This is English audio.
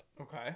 Okay